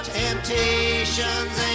temptation's